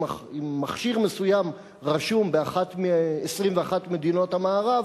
אם מכשיר מסוים רשום באחת מ-21 מדינות המערב,